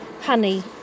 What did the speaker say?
honey